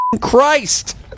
Christ